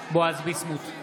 בועז ביסמוט,